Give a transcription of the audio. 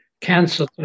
Cancer